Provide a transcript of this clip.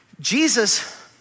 Jesus